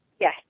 Yes